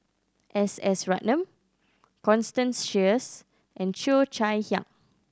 S S Ratnam Constance Sheares and Cheo Chai Hiang